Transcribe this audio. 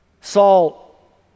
Saul